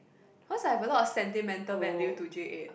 cause I have a lot of sentimental value to J eight